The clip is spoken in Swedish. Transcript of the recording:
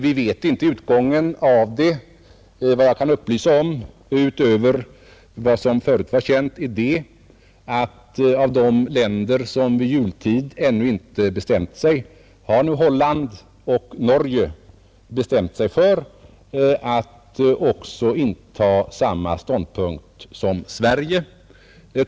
Vi vet inte vad utgången av det blir. Jag kan utöver vad som förut varit känt meddela att bland de länder, som vid jultid ännu inte bestämt sig, nu också Holland och Norge har beslutat inta samma ståndpunkt som Sverige.